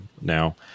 now